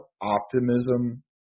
optimism